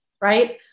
right